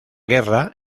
guerra